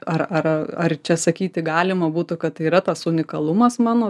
ar ar ar čia sakyti galima būtų kad yra tas unikalumas mano